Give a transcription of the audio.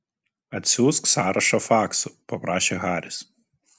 atsiųsk sąrašą faksu paprašė haris